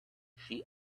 she